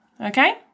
okay